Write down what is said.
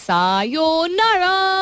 Sayonara